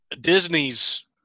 disney's